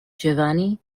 giovanni